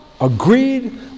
Agreed